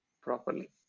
properly